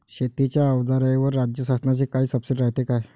शेतीच्या अवजाराईवर राज्य शासनाची काई सबसीडी रायते का?